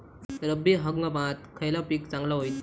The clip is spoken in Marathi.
रब्बी हंगामाक खयला पीक चांगला होईत?